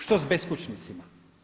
Što s beskućnicima?